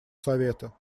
совета